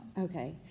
Okay